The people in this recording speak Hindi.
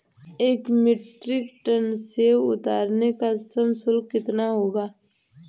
एक मीट्रिक टन सेव उतारने का श्रम शुल्क कितना होगा?